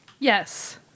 Yes